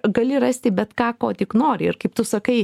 gali rasti bet ką ko tik nori ir kaip tu sakai